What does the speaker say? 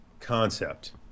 concept